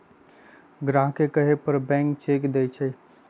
ग्राहक के कहे पर बैंक चेक देई छई